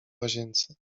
łazience